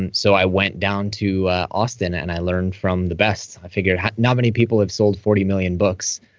and so i went down to austin, and i learned from the best. i figured out not many people have sold forty million books.